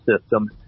system